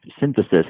synthesis